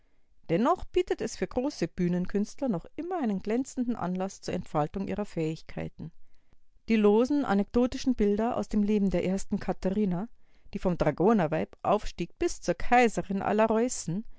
dennoch bietet es für große bühnenkünstler noch immer einen glänzenden anlaß zur entfaltung ihrer fähigkeiten die losen anekdotischen bilder aus dem leben der ersten katharina die vom dragonerweib aufstieg bis zur kaiserin aller reußen